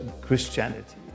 Christianity